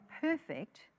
perfect